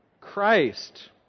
Christ